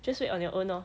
just wait on your own lor